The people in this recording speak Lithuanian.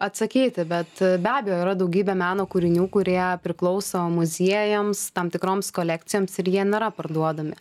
atsakyti bet be abejo yra daugybė meno kūrinių kurie priklauso muziejams tam tikroms kolekcijoms ir jie nėra parduodami